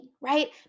right